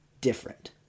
different